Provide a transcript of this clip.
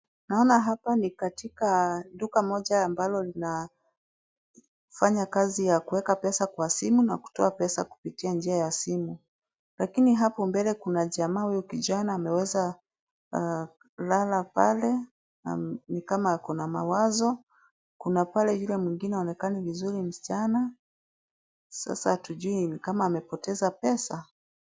Naona hapa ni katika duka moja ambalo linafanya kazi ya kuweka pesa kwa simu na kutoa pesa kupitia njia ya simu. Lakini hapo mbele kuna jamaa huyo kijana ameweza kulala pale ni kama ako na mawazo. Kuna pale yule mwingine haonekani vizuri msichana, sasa hatujui ni kama amepoteza pesa.